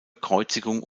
kreuzigung